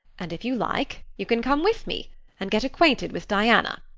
and if you like you can come with me and get acquainted with diana.